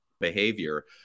behavior